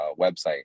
website